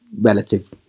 relative